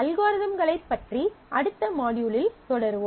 அல்காரிதம்களைப் பற்றி அடுத்த மாட்யூலில் தொடருவோம்